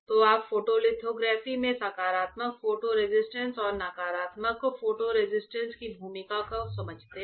तो आप लिथोग्राफी में सकारात्मक फोटो रेसिस्ट और नकारात्मक फोटो रेसिस्ट की भूमिका को समझते हैं